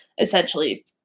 essentially